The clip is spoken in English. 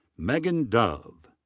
megan dove.